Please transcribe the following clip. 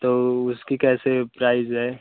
तो उसकी कैसे प्राइज़ है